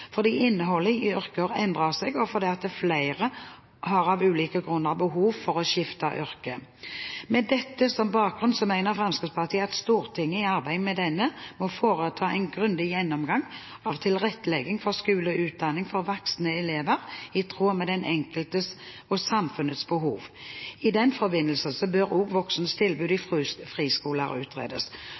fordi innholdet i yrker endrer seg, og fordi flere av ulike grunner har behov for å skifte yrke. Med dette som bakgrunn mener Fremskrittspartiet at Stortinget i arbeidet med denne må foreta en grundig gjennomgang av tilrettelegging for skole og utdanning for voksne elever i tråd med den enkeltes og samfunnets behov. I den forbindelse bør også voksnes tilbud i friskoler utredes.